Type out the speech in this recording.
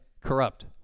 corrupt